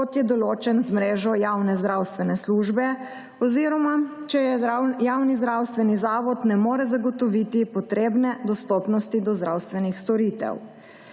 kot je določen z mrežo javne zdravstvene službe oziroma če javni zdravstveni zavod ne more zagotoviti potrebne dostopnosti do zdravstvenih storitev.